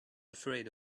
afraid